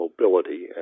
mobility